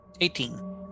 Eighteen